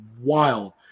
wild